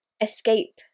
escape